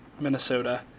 minnesota